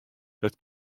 dat